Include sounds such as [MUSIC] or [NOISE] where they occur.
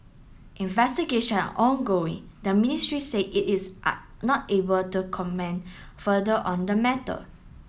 investigation are ongoing the ministry said it is [UNINTELLIGIBLE] not able to comment further on the matter